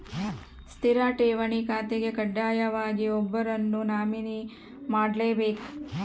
ಸ್ಥಿರ ಠೇವಣಿ ಖಾತೆಗೆ ಕಡ್ಡಾಯವಾಗಿ ಒಬ್ಬರನ್ನು ನಾಮಿನಿ ಮಾಡ್ಲೆಬೇಕ್